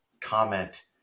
comment